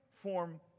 form